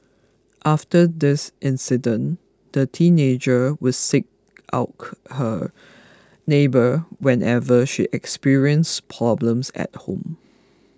after this incident the teenager would seek out her neighbour whenever she experienced problems at home